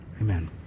Amen